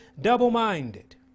double-minded